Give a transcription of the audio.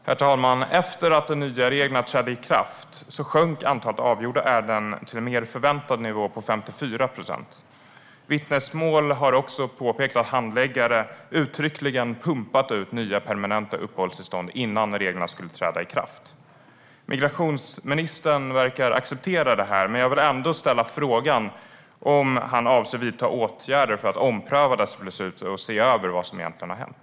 Herr talman! Efter att de nya reglerna trädde i kraft sjönk antalet avgjorda ärenden till en mer förväntad nivå på 54 procent. Vittnesmål har också påpekat att handläggare uttryckligen pumpat ut nya permanenta uppehållstillstånd innan reglerna skulle träda i kraft. Migrationsministern verkar acceptera detta. Jag vill ändå fråga honom om han avser att vidta åtgärder för att ompröva beslutet och se över vad som egentligen har hänt.